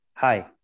Hi